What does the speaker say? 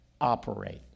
operate